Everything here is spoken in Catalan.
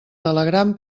telegram